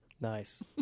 nice